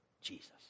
Jesus